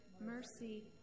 mercy